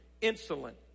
insolent